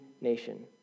nation